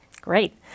Great